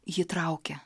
ji traukia